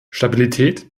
stabilität